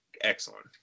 excellent